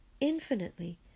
infinitely